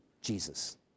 Jesus